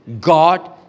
God